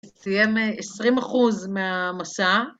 סיים 20 אחוז מהמסע.